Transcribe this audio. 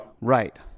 right